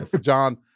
John